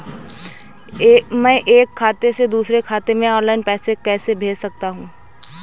मैं एक खाते से दूसरे खाते में ऑनलाइन पैसे कैसे भेज सकता हूँ?